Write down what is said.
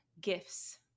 gifts